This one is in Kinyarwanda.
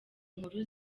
inkuru